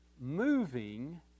moving